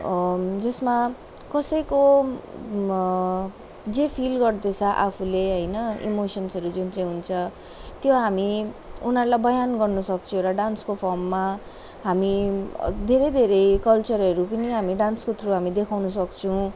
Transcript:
जसमा कसैको जे फिल गर्दैछ आफूले होइन इमोसन्सहरू जुन चाहिँ हुन्छ त्यो हामी उनीहरूलाई बयान गर्नुसक्छौँ एउटा डान्सको फममा हामी धेरै धेरै कल्चरहरू पनि हामी डान्सको थ्रु हामी देखाउन सक्छौँ